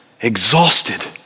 exhausted